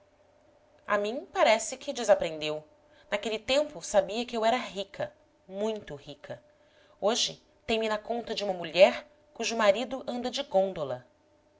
muito a mim me parece que desaprendeu naquele tempo sabia que eu era rica muito rica hoje tem-me na conta de uma mulher cujo marido anda de